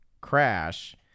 Crash